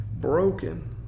broken